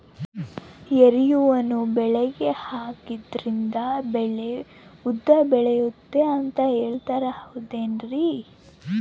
ಯೂರಿಯಾವನ್ನು ಬೆಳೆಗೆ ಹಾಕೋದ್ರಿಂದ ಬೆಳೆ ಉದ್ದ ಬೆಳೆಯುತ್ತೆ ಅಂತ ಹೇಳ್ತಾರ ಹೌದೇನ್ರಿ?